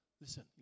listen